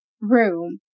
room